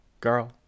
Girl